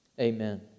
Amen